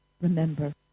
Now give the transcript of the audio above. remember